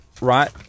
right